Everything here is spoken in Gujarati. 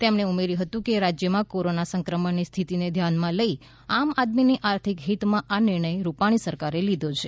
તેમણે ઉમેર્યું હતું કે રાજ્યમાં કોરોના સંક્રમણની સ્થિતિને ધ્યાનમાં લઈ આમ આદમીની આર્થિક હિતમાં આ નિર્ણય રૂપાણી સરકારે લીધો છે